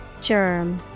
Germ